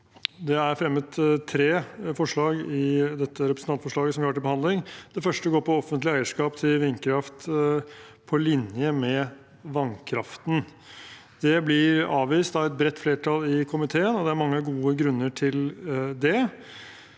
Det er fremmet tre forslag i dette representantforslaget som vi har til behandling. Det første dreier seg om offentlig eierskap til vindkraft, på linje med vannkraften. Det blir avvist av et bredt flertall i komiteen, og det er mange gode grunner til det.